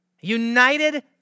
United